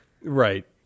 Right